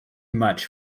much